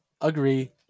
agree